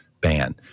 ban